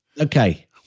Okay